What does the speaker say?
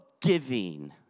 giving